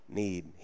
need